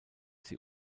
sie